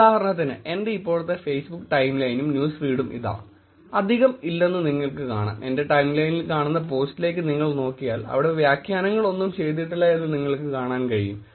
ഉദാഹരണത്തിന് എന്റെ ഇപ്പോഴത്തെ ഫേസ്ബുക് ടൈം ലൈനും ന്യൂസ് ഫീഡും ഇതാ അധികം ഇല്ലെന്നു നിങ്ങൾക്ക് കാണാം എന്റെ ടൈംലൈനിൽ കാണുന്ന പോസ്റ്റിലേക്ക് നിങ്ങൾ നോക്കിയാൽ അവിടെ വ്യാഖ്യാനങ്ങളൊന്നും ചെയ്തിട്ടില്ല എന്ന് കാണാൻ കഴിയും